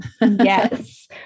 Yes